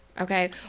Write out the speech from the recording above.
okay